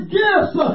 gifts